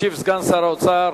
ישיב סגן שר האוצר,